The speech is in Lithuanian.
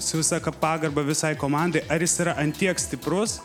su visa pagarba visai komandai ar jis yra ant tiek stiprus